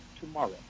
tomorrow